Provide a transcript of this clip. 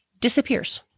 disappears